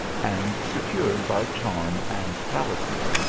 and secured by charm and talisman.